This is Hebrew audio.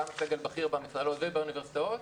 גם הסגל הבכיר במכללות ובאוניברסיטאות,